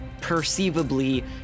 perceivably